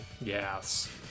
Yes